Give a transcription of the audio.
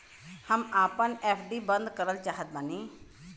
हम आपन एफ.डी बंद करल चाहत बानी